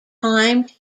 timed